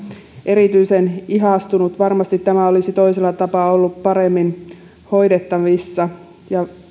erityisen ihastunut varmasti tämä olisi toisella tapaa ollut paremmin hoidettavissa